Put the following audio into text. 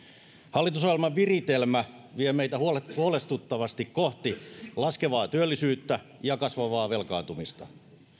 hallitusohjelman viritelmä vie meitä huolestuttavasti kohti laskevaa työllisyyttä ja kasvavaa velkaantumista